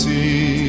See